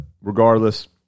regardless